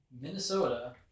Minnesota